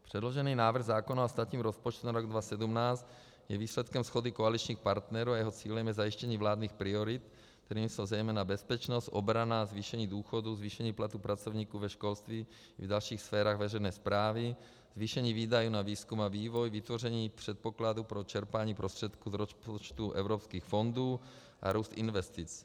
Předložený návrh zákona o státním rozpočtu na rok 2017 je výsledkem shody koaličních partnerů a jeho cílem je zajištění vládních priorit, kterými jsou zejména bezpečnost, obrana, zvýšení důchodů, zvýšení platů pracovníků ve školství i dalších sférách veřejné správy, zvýšení výdajů na výzkum a vývoj, vytvoření předpokladů pro čerpání prostředků z rozpočtů evropských fondů a růst investic.